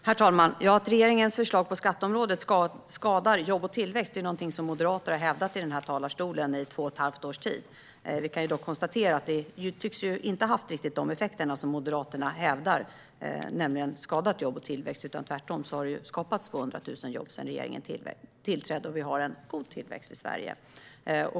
Herr talman! Att regeringens förslag på skatteområdet skadar jobb och tillväxt är någonting som moderater har hävdat i denna talarstol i två och ett halvt års tid. Vi kan dock konstatera att förslagen inte tycks ha fått riktigt de effekter som Moderaterna hävdar - att de skulle skada jobben och tillväxten - utan att det tvärtom skapats 200 000 jobb sedan regeringen tillträdde och att vi har en god tillväxt i Sverige.